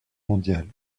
mondiale